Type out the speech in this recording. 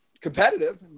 competitive